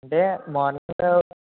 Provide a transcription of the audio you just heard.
అంటే మార్నింగ్